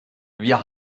wir